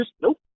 Nope